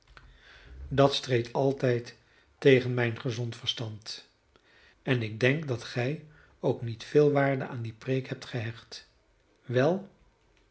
dat streed altijd tegen mijn gezond verstand en ik denk dat gij ook niet veel waarde aan die preek hebt gehecht wel